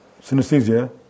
synesthesia